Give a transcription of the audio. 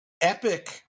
epic